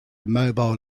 mobile